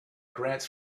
grants